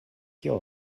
tio